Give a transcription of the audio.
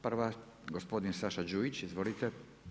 Prva gospodin Saša Đujić, izvolite.